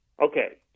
Okay